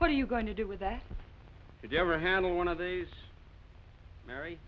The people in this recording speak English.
what are you going to do with that if you ever handle one of these m